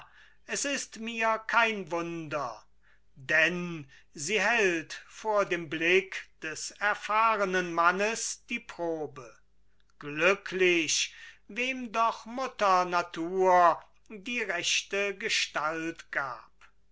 es ist mir kein wunder denn sie hält vor dem blick des erfahrenen mannes die probe glücklich wem doch mutter natur die rechte gestalt gab